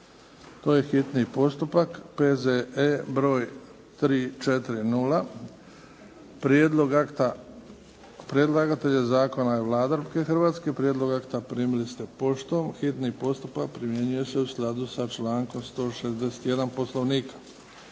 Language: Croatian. to je hitni postupak, P.Z.E. broj 340 Predlagatelj zakona je Vlada Republike Hrvatske. Prijedlog akta primili ste poštom. Hitni postupak primjenjuje se sa člankom 161. Poslovnika.